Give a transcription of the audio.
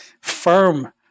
firm